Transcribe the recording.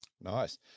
Nice